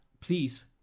please